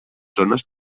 zones